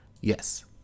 yes